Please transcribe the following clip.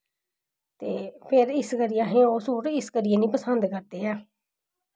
ते फिर इस करियै असें ओह् सूट इस करियै निं पसंद करदे ऐ